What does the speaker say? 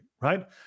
right